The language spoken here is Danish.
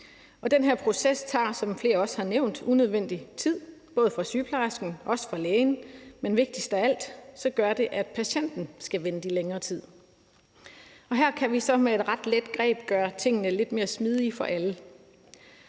Den her proces tager, som flere også har nævnt, unødvendig tid både for sygeplejersken og for lægen. Men vigtigst af alt gør det, at patienten skal vente i længere tid. Her kan vi så med et ret let greb gøre tingene lidt mere smidige for alle.